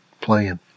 playing